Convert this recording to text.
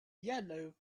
yellow